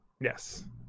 Yes